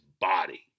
body